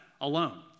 alone